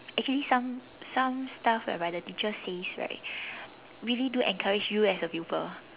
actually some some stuff whereby the teacher says right really do encourage you as a pupil